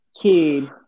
kid